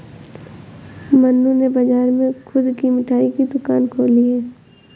मन्नू ने बाजार में खुद की मिठाई की दुकान खोली है